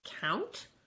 count